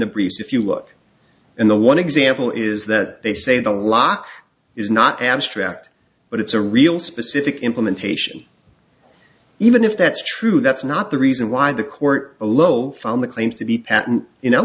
breeze if you look in the one example is that they say the law is not abstract but it's a real specific implementation even if that's true that's not the reason why the court below found the claim to be